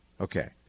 Okay